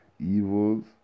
Evils